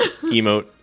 emote